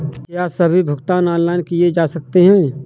क्या सभी भुगतान ऑनलाइन किए जा सकते हैं?